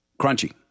Crunchy